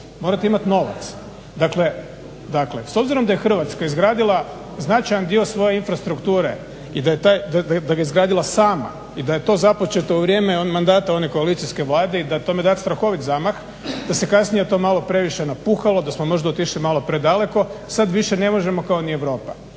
morate imat novac. Dakle s obzirom da je Hrvatska izgradila značajan dio svoje infrastrukture i da ga je izgradila sama i da je to započeto u vrijeme mandata one koalicijske Vlade i da je tome dat strahovit zamah, da se kasnije to malo previše napuhalo, da smo možda otišli malo predaleko, sad više ne možemo kao ni Europa.